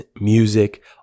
music